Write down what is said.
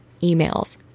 emails